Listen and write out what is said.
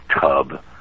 tub